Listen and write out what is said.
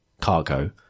cargo